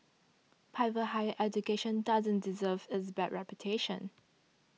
private higher education doesn't deserve its bad reputation